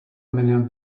million